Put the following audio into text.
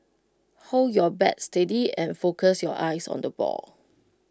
hold your bat steady and focus your eyes on the ball